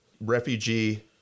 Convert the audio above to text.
refugee